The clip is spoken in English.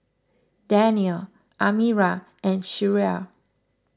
Danial Amirah and Syirah